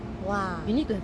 !wah!